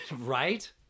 Right